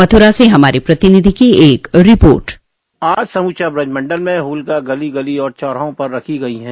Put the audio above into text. मथुरा से हमारे प्रतिनिधि की एक रिर्पोट आज समूचा ब्रजमण्डल में होलिका गली गली और चौराहों पर रखी गई है